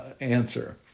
answer